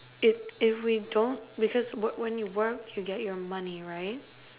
if if we don't because when you work you get your money right